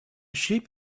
sheep